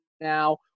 now